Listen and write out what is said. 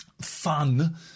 fun